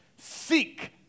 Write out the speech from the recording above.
seek